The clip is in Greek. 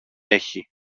έχει